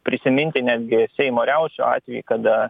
prisiminti netgi seimo riaušių atvejį kada